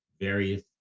various